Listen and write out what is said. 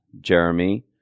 Jeremy